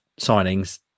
signings